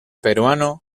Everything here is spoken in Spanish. peruano